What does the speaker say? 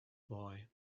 boy